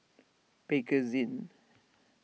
Bakerzin